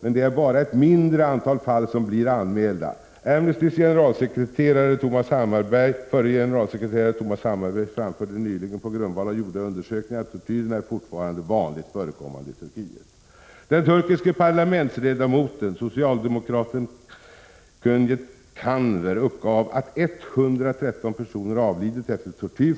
Men det är bara ett mindre antal fall som blir anmälda. Amnestys förre generalsekreterare Thomas Hammarberg framförde nyligen på grundval av gjorda undersökningar att tortyr fortfarande är vanligt förekommande i Turkiet. Den turkiske parlamentsledamoten socialdemokraten Cäneyt Canver uppgav att 113 personer avlidit efter tortyr